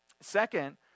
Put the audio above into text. Second